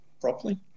properly